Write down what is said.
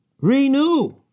Renew